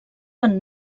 gran